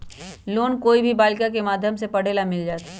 Loan कोई भी बालिका के माध्यम से पढे ला मिल जायत?